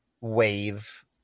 wave